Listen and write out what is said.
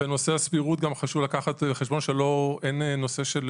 בנושא הסבירות גם חשוב לקחת בחשבון שאין נושא של